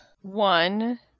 one